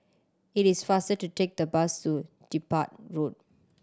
it is faster to take the bus to Dedap Road